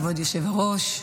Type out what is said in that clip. כבוד היושב-ראש,